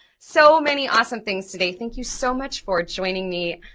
so many awesome things today, thank you so much for joining me.